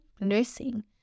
nursing